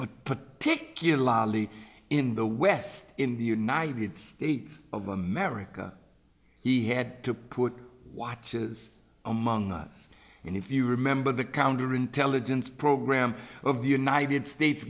particularly in the west in the united states of america he had to put watches among us and if you remember the counterintelligence program of the united states